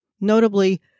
Notably